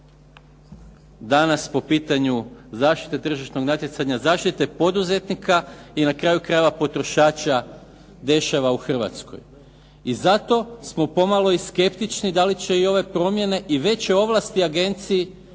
danas po pitanju zaštite tržišnog natjecanja, zaštite poduzetnika i na kraju krajeva potrošača dešava u Hrvatskoj. I zato smo pomalo i skeptični da li će i ove promjene i veće ovlasti agenciji